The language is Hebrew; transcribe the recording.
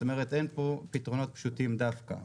זאת אומרת, אין פה פתרונות פשוטים דווקא.